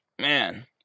Man